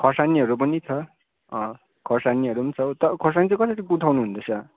खुर्सानीहरू पनि छ खुर्सानीहरू पनि छ खुर्सानी चाहिँ कसरी उठाउनुहुँदैछ